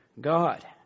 God